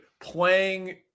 playing